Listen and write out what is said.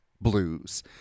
Blues